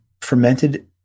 fermented